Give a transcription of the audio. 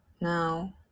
Now